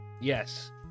Yes